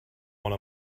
one